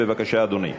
בבקשה, אדוני.